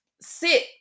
sit